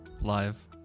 live